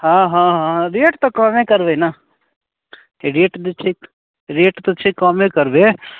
हाँ हाँ हाँ रेट तऽ कम करबै ने रेट तऽ छै रेट तऽ छै कमे करबै ने